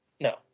No